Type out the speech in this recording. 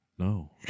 No